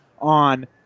on